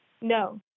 No